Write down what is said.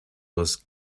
was